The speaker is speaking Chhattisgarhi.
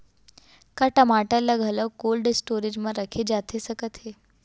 का टमाटर ला घलव कोल्ड स्टोरेज मा रखे जाथे सकत हे?